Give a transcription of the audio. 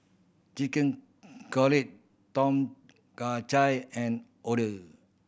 Chicken Cutlet Tom Kha Gai and Oder